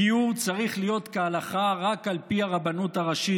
גיור צריך להיות כהלכה רק על פי הרבנות הראשית.